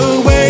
away